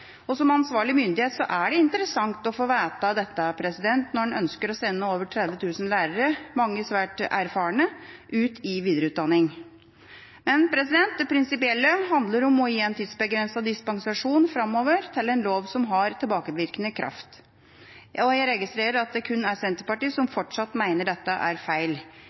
og som ansvarlig myndighet er det interessant å få vite dette når en ønsker å sende over 30 000 lærere, mange svært erfarne, ut i videreutdanning. Men det prinsipielle handler om å gi en tidsbegrenset dispensasjon framover til en lov som har tilbakevirkende kraft. Jeg registrerer at det kun er Senterpartiet som fortsatt mener dette er feil.